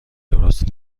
درست